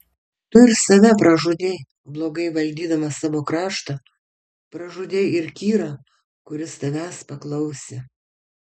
tu ir save pražudei blogai valdydamas savo kraštą pražudei ir kyrą kuris tavęs paklausė